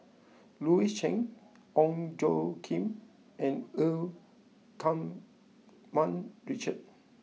Louis Chen Ong Tjoe Kim and Eu Keng Mun Richard